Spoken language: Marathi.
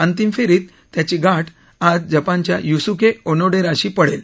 अंतिम फेरीत त्याची गाठ आज जपानच्या युसुके ओनोडेराशी पडेल